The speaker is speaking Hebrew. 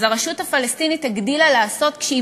אז הרשות הפלסטינית הגדילה לעשות כשהיא